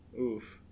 Oof